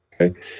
Okay